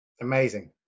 Amazing